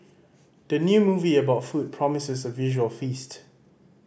the new movie about food promises a visual feast